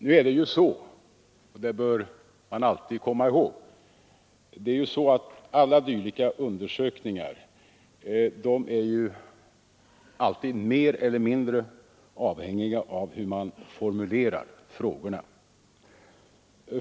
Nu bör vi alltid komma ihåg att alla dylika undersökningar är mer eller mindre avhängiga av hur man formulerar frågorna.